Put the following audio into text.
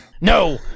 No